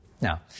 Now